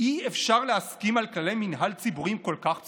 אי-אפשר להסכים על כללי מינהל ציבורי כל כך בסיסיים?